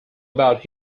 about